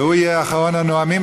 והוא יהיה אחרון הנואמים.